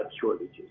shortages